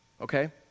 Okay